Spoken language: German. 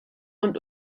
und